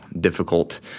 difficult